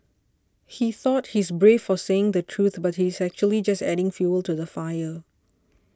he thought he's brave for saying the truth but he's actually just adding fuel to the fire